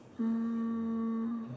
um